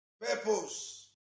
purpose